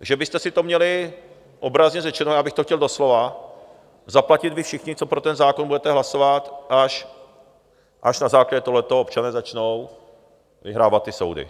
že byste si to měli, obrazně řečeno, já bych to chtěl doslova, zaplatit vy všichni, co pro ten zákon budete hlasovat, až na základě toho občané začnou vyhrávat ty soudy.